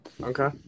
Okay